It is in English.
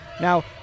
Now